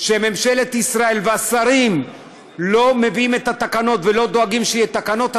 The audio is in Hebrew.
ממשלת ישראל והשרים לא מביאים את התקנות ולא דואגים שיהיו תקנות,